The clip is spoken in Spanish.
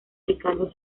ricardo